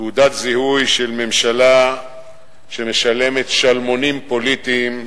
תעודת זיהוי של ממשלה שמשלמת שלמונים פוליטיים,